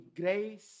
grace